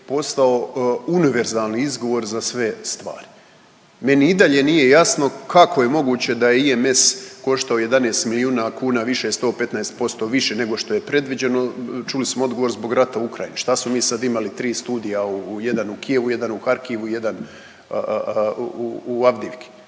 postao univerzalni izgovor za sve stvari. Meni i dalje nije jasno kako je moguće da je IMS koštao 11 milijuna kuna više, 115% više nego što je predviđeno, čuli smo odgovor, zbog rata u Ukrajini. Šta smo mi sad imali 3 studija, jedan u Kijevu, jedan u Harkivu, jedan u Avdiivki?